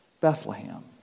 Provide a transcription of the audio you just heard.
Bethlehem